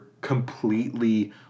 completely